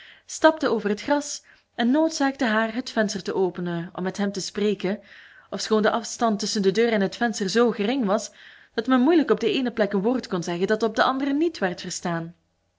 stapte over het gras en noodzaakte haar het venster te openen om met hem te spreken ofschoon de afstand tusschen de deur en het venster zoo gering was dat men moeilijk op de eene plek een woord kon zeggen dat op de andere niet werd verstaan